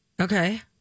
Okay